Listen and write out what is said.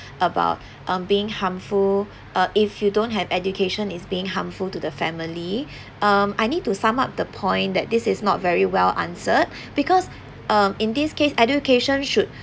about um being harmful uh if you don't have education is being harmful to the family um I need to sum up the point that this is not very well answered because um in this case education should